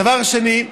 דבר שני,